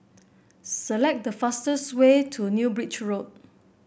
select the fastest way to New Bridge Road